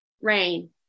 rain